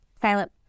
Silent